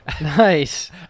Nice